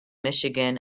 michigan